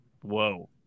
whoa